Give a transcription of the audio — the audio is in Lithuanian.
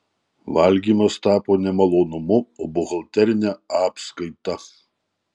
valgymas tapo ne malonumu o buhalterine apskaita